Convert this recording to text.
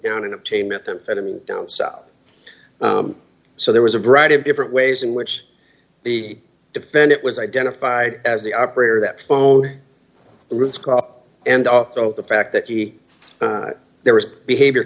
down and obtain methamphetamine down south so there was a variety of different ways in which the defendant was identified as the operator that phone routes call up and so the fact that he there was behavior